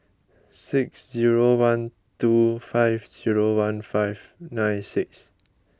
six zero one two five zero one five nine six